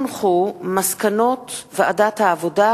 מסקנות ועדת העבודה,